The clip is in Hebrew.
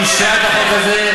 ועדת השרים את החוק הזה.